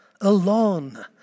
alone